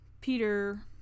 Peter